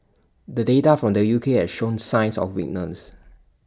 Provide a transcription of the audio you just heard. the data from the U K has shown signs of weakness